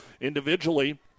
Individually